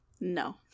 No